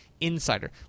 Insider